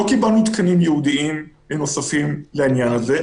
לא קיבלנו תקנים ייעודיים נוספים לעניין הזה.